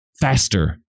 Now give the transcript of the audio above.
faster